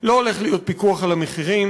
לא הולך להיות פיקוח על המחירים,